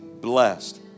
blessed